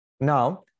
Now